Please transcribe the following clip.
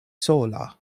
sola